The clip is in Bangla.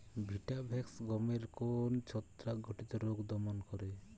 ভিটাভেক্স গমের কোন ছত্রাক ঘটিত রোগ দমন করে?